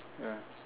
ya